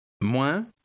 Moins